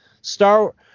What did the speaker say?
star